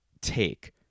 take